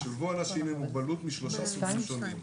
ישולבו אנשים עם מוגבלות משלושה סוגים שונים.